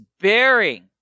bearing